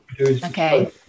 Okay